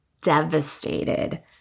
devastated